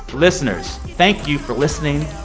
listeners, thank you for listening.